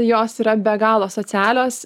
jos yra be galo socialios